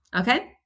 okay